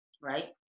right